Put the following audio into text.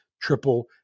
triple